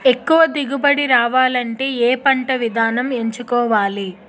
ఎక్కువ దిగుబడి రావాలంటే ఏ పంట విధానం ఎంచుకోవాలి?